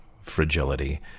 fragility